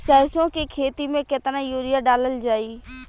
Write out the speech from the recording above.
सरसों के खेती में केतना यूरिया डालल जाई?